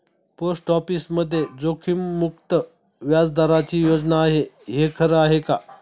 Post ऑफिसमध्ये जोखीममुक्त व्याजदराची योजना आहे, हे खरं आहे का?